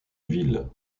ville